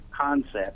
concept